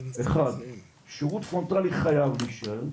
דבר ראשון, השירות הפרונטלי חייב להישאר.